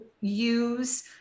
use